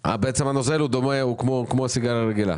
בעצם הנוזל הוא כמו הסיגריה הרגילה.